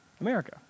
America